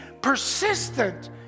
persistent